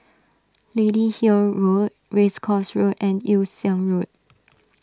Lady Hill Road Race Course Road and Yew Siang Road